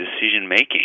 decision-making